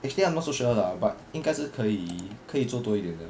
actually I'm not so sure lah but 应该是可以可以做多一点的